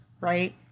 right